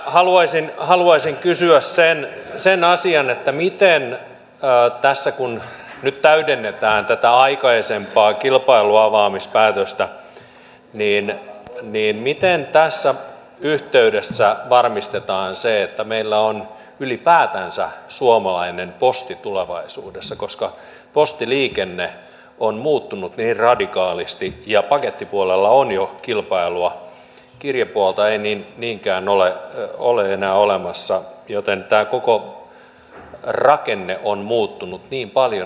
minä haluaisin kysyä sen asian että miten kun nyt täydennetään tätä aikaisempaa kilpailunavaamispäätöstä tässä yhteydessä varmistetaan se että meillä on ylipäätänsä suomalainen posti tulevaisuudessa koska postiliikenne on muuttunut niin radikaalisti ja pakettipuolella on jo kilpailua kirjepuolta ei niinkään ole enää olemassa joten tämä koko rakenne on muuttunut niin paljon